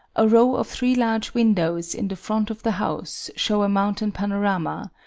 a row of three large windows in the front of the house shew a mountain panorama,